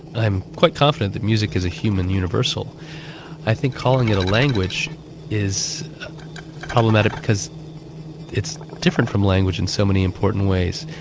i am quite confident that music is a human universal i think calling it a language is problematic because it's different from language in so many important ways.